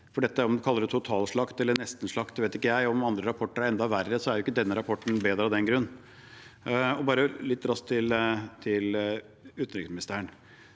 si. Om man kaller det total slakt eller nesten slakt – ikke vet jeg. Om andre rapporter er enda verre, er ikke denne rapporten noe bedre av den grunn. Litt raskt til utenriksministeren,